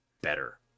better